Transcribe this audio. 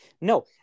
No